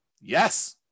yes